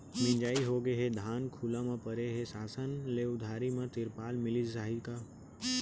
मिंजाई होगे हे, धान खुला म परे हे, शासन ले उधारी म तिरपाल मिलिस जाही का?